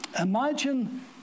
Imagine